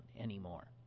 anymore